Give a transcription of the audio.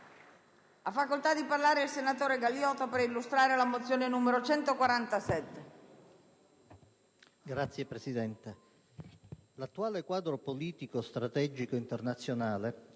Ha facoltà di parlare il senatore Galioto per illustrare la mozione n. 147.